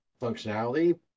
functionality